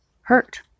hurt